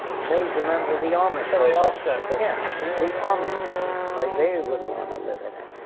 say he's a member of the amish. somebody asked that question, and actually. yes, the amish people, like they wouldn't want to live in it.